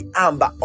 amba